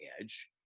Edge